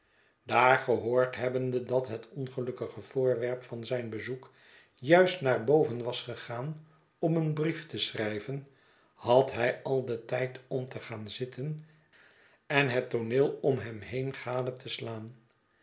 daar gehoord hebbende dat het ongelukkige voorwerp van zijn bezoek juist naar boven was gegaan om een brief te schrijven had hij al den tijd om te gaan zitten en het tooneel om hem heen gade te slaan